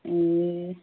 ए